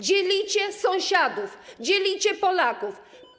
Dzielicie sąsiadów, dzielicie Polaków.